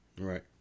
Right